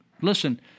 listen